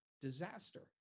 disaster